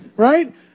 Right